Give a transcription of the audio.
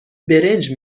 برنج